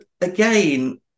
again